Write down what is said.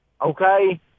okay